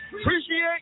Appreciate